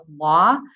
law